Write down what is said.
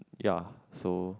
ya so